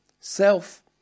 self